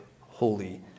holy